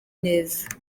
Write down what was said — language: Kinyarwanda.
neza